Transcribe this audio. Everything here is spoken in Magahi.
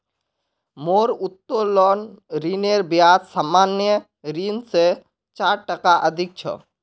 मोर उत्तोलन ऋनेर ब्याज सामान्य ऋण स चार टका अधिक छ